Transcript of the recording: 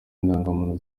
indangamuntu